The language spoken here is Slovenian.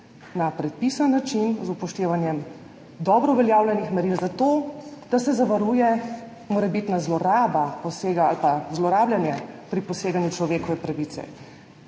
na predpisan način, z upoštevanjem dobro uveljavljenih meril zato, da se zavaruje morebitna zloraba posega ali pa zlorabljanje pri poseganju v človekove pravice.